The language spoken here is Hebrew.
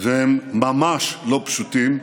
והם ממש לא פשוטים,